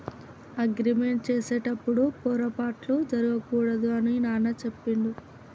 agreement చేసేటప్పుడు పొరపాట్లు జరగకూడదు అని నాన్న చెప్పిండు